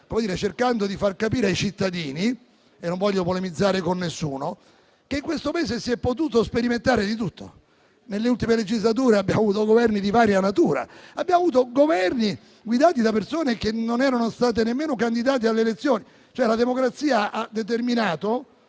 cercando di far capire ai cittadini - non voglio polemizzare con nessuno - che in questo periodo si è potuto sperimentare di tutto. Nelle ultime legislature abbiamo avuto Governi di varia natura e abbiamo avuto Governi guidati da persone che non erano state nemmeno candidate alle elezioni. Dunque la democrazia ha determinato